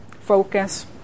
focus